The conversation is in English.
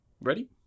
ready